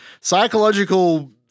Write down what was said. psychological